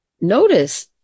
notice